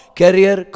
career